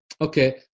Okay